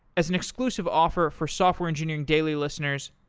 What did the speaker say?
as an inclusive offer for software engineering daily listeners,